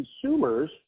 consumers